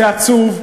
זה עצוב,